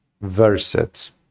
verses